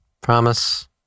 Promise